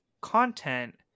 content